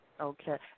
Okay